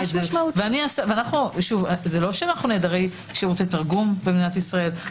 זה לא שאנו נעדרי שירותי תרגום במדינת ישראל.